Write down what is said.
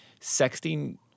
sexting